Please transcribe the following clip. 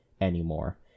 anymore